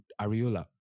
Ariola